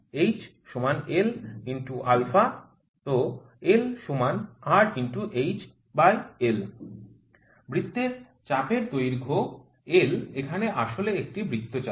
θlR hL×α lRhL বৃত্তের চাপের দৈর্ঘ্য l এখানে আসলে একটি বৃত্তচাপ